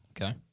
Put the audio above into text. Okay